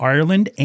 Ireland